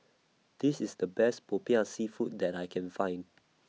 This IS The Best Popiah Seafood that I Can Find